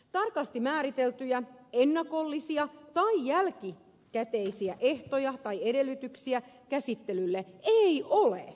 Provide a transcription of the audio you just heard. tarkasti määriteltyjä ennakollisia tai jälkikäteisiä ehtoja tai edellytyksiä käsittelylle ei ole